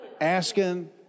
asking